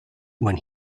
when